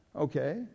okay